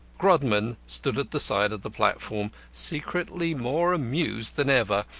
grodman stood at the side of the platform secretly more amused than ever,